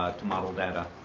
to model data,